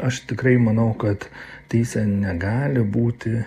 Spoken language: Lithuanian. aš tikrai manau kad teisė negali būti